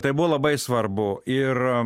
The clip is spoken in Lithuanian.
tai buvo labai svarbu ir